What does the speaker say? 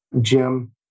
Jim